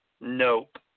Nope